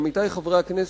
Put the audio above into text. עמיתי חברי הכנסת,